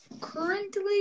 currently